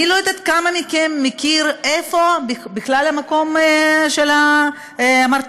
אני לא יודעת כמה מכם מכירים איפה בכלל המקום של המרתף.